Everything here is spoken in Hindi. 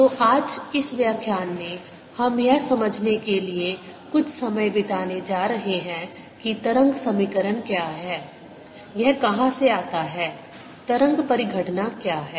तो आज इस व्याख्यान में हम यह समझने के लिए कुछ समय बिताने जा रहे हैं कि तरंग समीकरण क्या है यह कहाँ से आता है तरंग परिघटना क्या है